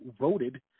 voted